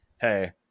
hey